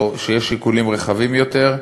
או שיש שיקולים רחבים יותר,